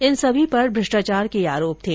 इन सभी पर भ्रष्टाचार के आरोप थे